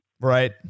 Right